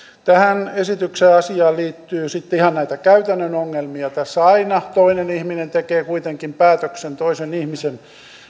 tähän esitykseen asiaan liittyy sitten ihan näitä käytännön ongelmia tässä aina toinen ihminen tekee kuitenkin päätöksen toisen ihmisen